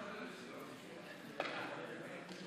גברתי.